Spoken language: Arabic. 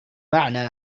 معنى